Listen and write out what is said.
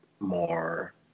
more